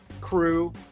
crew